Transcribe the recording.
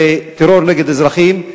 זה טרור נגד אזרחים,